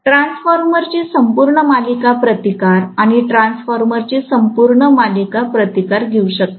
transformer ची संपूर्ण मालिका प्रतिकार आणि ट्रान्सफॉर्मर ची संपूर्ण मालिका प्रतिक्रिया घेऊ शकते